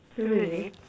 oh really